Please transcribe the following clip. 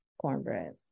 cornbread